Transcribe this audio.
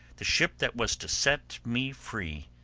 the ship that was to set me free,